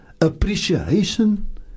Appreciation